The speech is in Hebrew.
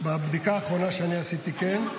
בבדיקה האחרונה שעשיתי, כן.